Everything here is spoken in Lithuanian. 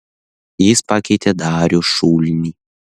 jis pakeitė darių šulnį